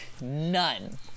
none